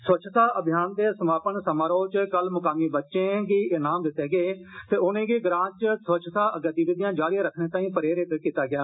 स्वच्छता अभ्यिान दे समारन समारोह च कल मुकामी बच्चे गी ईनाम दित्ते गेय ते उनेंगी ग्रां च स्वच्छता गतिविधियां जारी रक्खने तांई परेरित कीत्ता गेआ